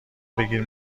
بگیر